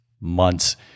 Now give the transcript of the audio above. months